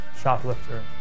Shoplifter